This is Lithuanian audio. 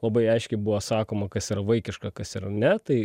labai aiškiai buvo sakoma kas yra vaikiška kas yra ne tai